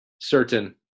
certain